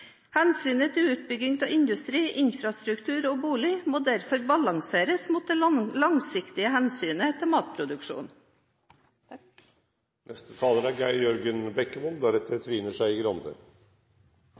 Hensynet til utbygging av industri, infrastruktur og boliger må derfor balanseres mot det langsiktige hensynet til matproduksjon.